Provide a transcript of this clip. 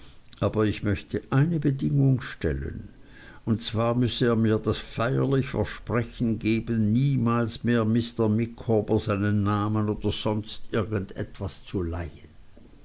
aber ich möchte eine bedingung stellen und zwar müßte er mir das feierliche versprechen geben niemals mehr mr micawber seinen namen oder irgend etwas sonst zu leihen